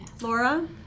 Laura